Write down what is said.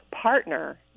partner